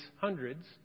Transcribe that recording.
hundreds